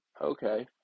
Okay